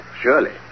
surely